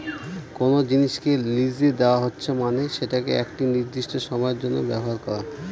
কোনো জিনিসকে লিসে দেওয়া হচ্ছে মানে সেটাকে একটি নির্দিষ্ট সময়ের জন্য ব্যবহার করা